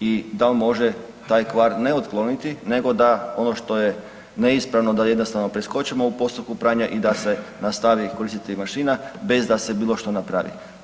i dal može taj kvar ne otkloniti nego da ono što je neispravno, da jednostavno preskočimo u postupku pranja i da se nastavi koristiti mašina bez da se bilo što napravi.